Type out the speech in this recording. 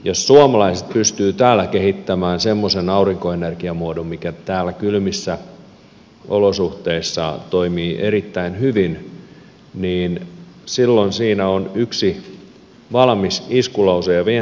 jos suomalaiset pystyvät täällä kehittämään semmoisen aurinkoenergiamuodon mikä täällä kylmissä olosuhteissa toimii erittäin hyvin niin silloin siinä on yksi valmis iskulause ja vientilause